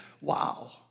wow